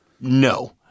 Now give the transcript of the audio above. no